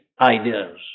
ideas